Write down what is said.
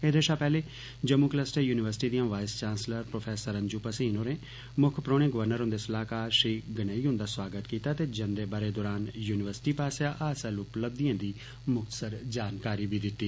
एह्दे शा पैहले जम्मू कलस्टर यूनिवर्सिटी दियां vice chancellor professor Anju Bhasin होरे मुक्ख परौहने गवर्नर हुन्दे सलाहकार श्री गनई हुन्दा सोआगत कीता ते जंदे ब'रे दौरान युनिवर्सिटी पास्सेआ हासल उपलब्धियें दी मुख्तसर जानकारी बी दित्ती